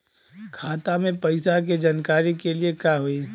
खाता मे पैसा के जानकारी के लिए का होई?